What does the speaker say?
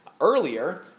earlier